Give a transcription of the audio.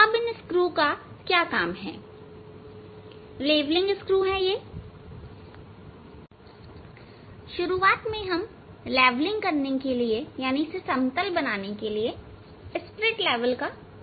अब इन स्क्रू का क्या काम है लेवलिंग स्क्रु है शुरुआत में हम लेवलिंग के लिए स्पिरिट लेवल का उपयोग करते हैं